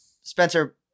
Spencer